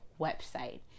website